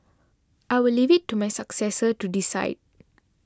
I will leave it to my successor to decide